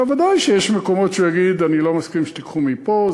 ודאי שיש מקומות שהוא יגיד: אני לא מסכים שתיקחו מפה,